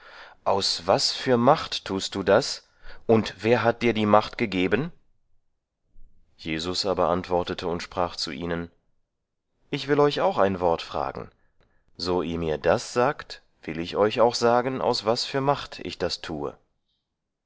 aus was für macht tust du das und wer hat dir die macht gegeben jesus aber antwortete und sprach zu ihnen ich will euch auch ein wort fragen so ihr mir das sagt will ich euch auch sagen aus was für macht ich das tue